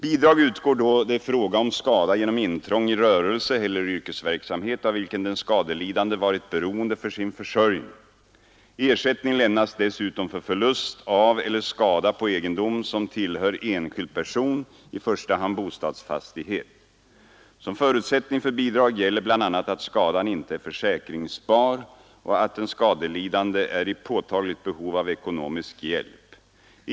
Bidrag utgår då det är fråga om skada genom intrång i rörelse eller yrkesverksamhet av vilken den skadelidande varit beroende för sin försörjning. Ersättning lämnas dessutom för förlust av eller skada på egendom som tillhör enskild person — i första hand bostadsfastighet. Som förutsättning för bidrag gäller bl.a. att skadan inte är försäkringsbar och att den skadelidande är i påtagligt behov av ekonomisk hjälp.